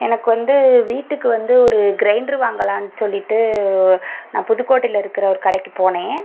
எனக்கு வந்து வீட்டுக்கு வந்து ஒரு கிரைண்டர் வாங்கலான்னு சொல்லிட்டு நான் புதுக்கோட்டையில் இருக்கிற ஒரு கடைக்கு போனேன்